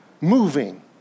moving